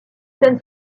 scènes